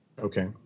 okay